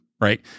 right